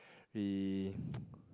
we